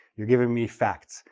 you're giving me facts,